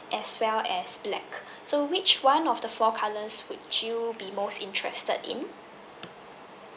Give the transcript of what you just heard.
as well as black so which one of the four colours would you be most interested in